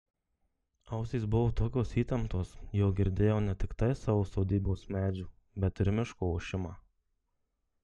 ausys buvo tokios įtemptos jog girdėjau ne tiktai savo sodybos medžių bet ir miško ošimą